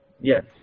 Yes